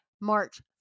March